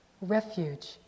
refuge